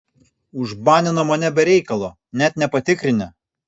užbanino mane be reikalo net nepatikrinę